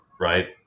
Right